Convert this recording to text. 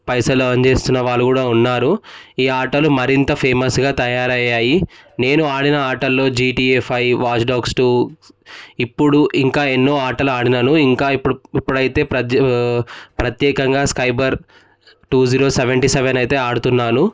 పైసలు ఎర్న్ చేస్తున్న వాళ్ళు కూడా ఉన్నారు ఈ ఆటలు మరింత ఫేమస్గా తయారు అయ్యాయి నేను ఆడిన ఆటలలో GTA five watch dogs two ఇప్పుడు ఇంకా ఎన్నో ఆటలు ఆడినాను ఇంకా ఇప్పుడు ఇప్పుడైతే ప్రత్యే ప్రత్యేకంగా cyber two zero seventy seven అయితే ఆడుతున్నాను